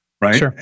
right